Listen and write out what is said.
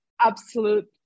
absolute